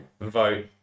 vote